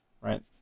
right